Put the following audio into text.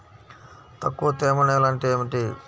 తక్కువ తేమ నేల అంటే ఏమిటి?